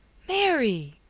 mary!